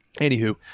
anywho